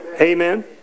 Amen